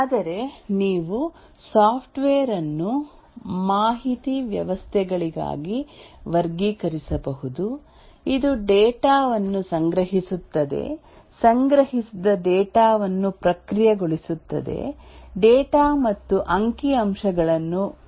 ಆದರೆ ನೀವು ಸಾಫ್ಟ್ವೇರ್ ಅನ್ನು ಮಾಹಿತಿ ವ್ಯವಸ್ಥೆಗಳಾಗಿ ವರ್ಗೀಕರಿಸಬಹುದು ಇದು ಡೇಟಾ ವನ್ನು ಸಂಗ್ರಹಿಸುತ್ತದೆ ಸಂಗ್ರಹಿಸಿದ ಡೇಟಾ ವನ್ನು ಪ್ರಕ್ರಿಯೆಗೊಳಿಸುತ್ತದೆ ಡೇಟಾ ಮತ್ತು ಅಂಕಿಅಂಶಗಳನ್ನು ಪ್ರಸ್ತುತಪಡಿಸುತ್ತದೆ